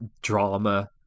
drama